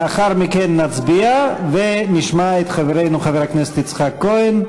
לאחר מכן נצביע, ונשמע את חברנו יצחק כהן,